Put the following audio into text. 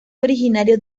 originario